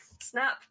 Snap